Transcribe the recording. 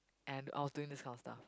and I was doing this kind of stuff